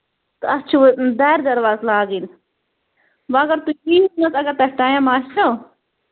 تہٕ اَتھ چھِ دارِ دروازٕ لاگٕنۍ وۅں اَگر تُہۍ ٹھیٖک چھِو نہٕ حظ اَگر تۄہہِ ٹایم آسٮ۪و